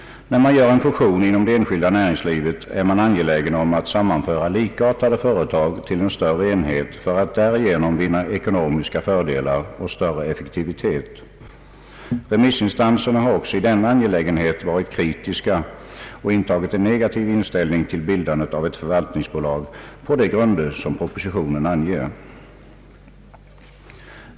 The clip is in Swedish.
Då en fusion görs inom det enskilda näringslivet är man ange lägen om att sammanföra likartade företag till en större enhet för att därigenom vinna ekonomiska fördelar och större effektivitet. Remissinstanserna har också i denna angelägenhet varit kritiska och intagit en negativ hållning till bildandet av ett förvaltningsbolag på de grunder som propositionen anger.